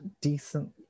decent